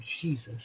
Jesus